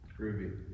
Groovy